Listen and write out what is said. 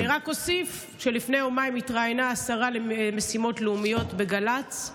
אני רק אוסיף שלפני יומיים התראיינה השרה למשימות לאומיות בגל"צ,